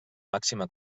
màxima